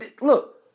Look